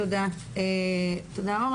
תודה, אור.